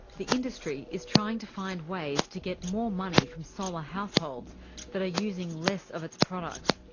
the industry is trying to find ways to get more money from solar households that are using less of its product.